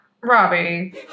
Robbie